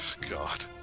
God